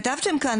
כתבתם כאן